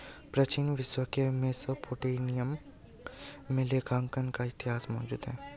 प्राचीन विश्व के मेसोपोटामिया में लेखांकन का इतिहास मौजूद है